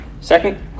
Second